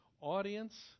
audience